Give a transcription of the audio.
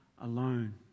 alone